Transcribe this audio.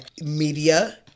media